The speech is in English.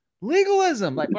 legalism